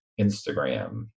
Instagram